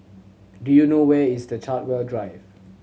do you know where is the Chartwell Drive